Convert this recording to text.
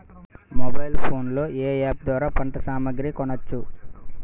Mobile phone లో ఏ app ద్వారా పంట సామాగ్రి కొనచ్చు?